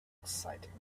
exciting